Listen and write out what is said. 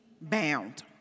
bound